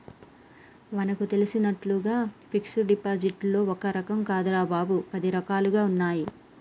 మనకు తెలిసినట్లుగా ఫిక్సడ్ డిపాజిట్లో ఒక్క రకం కాదురా బాబూ, పది రకాలుగా ఉన్నాయి